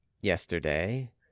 Yesterday